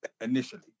initially